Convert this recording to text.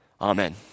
Amen